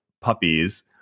puppies